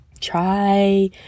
try